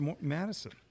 Madison